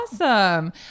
awesome